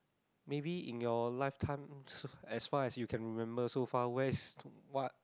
maybe in your lifetime as far as you can remember so far where is what